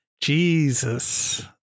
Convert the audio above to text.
Jesus